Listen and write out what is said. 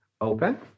open